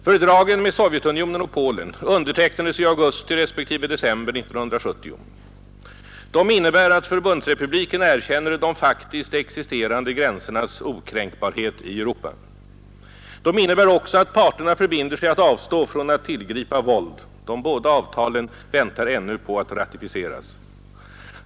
Fördragen med Sovjetunionen och Polen undertecknades i augusti respektive december 1970. De innebär att Förbundsrepubliken erkänner de faktiskt existerande gränsernas okränkbarhet i Europa. De innebär också att parterna förbinder sig att avstå från att tillgripa våld. De båda avtalen väntar ännu på att ratificeras.